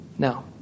Now